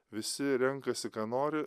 visi renkasi ką nori